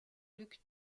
luc